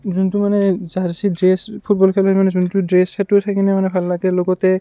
যোনটো মানে jersey dress football খেলৰ কাৰণে যোনটো ড্ৰেছ সেইটোও চাই কিনেও মানে ভাল লাগে লগতে